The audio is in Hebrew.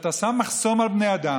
כשאתה שם מחסום על בני אדם,